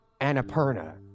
Annapurna